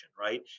right